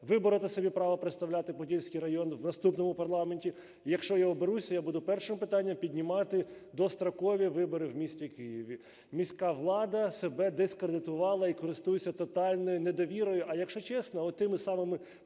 вибороти собі право представляти Подільський район в наступному парламенті. Якщо я оберусь, я буду першим питанням піднімати дострокові вибори в місті Києві. Міська влада себе дискредитувала і користується тотальною недовірою, а якщо чесно, отими самими